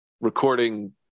recording